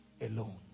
Alone